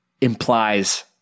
implies